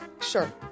Sure